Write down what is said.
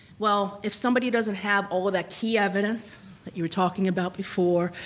well, if somebody doesn't have all of that key evidence that you were talking about before,